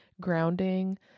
grounding